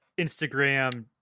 instagram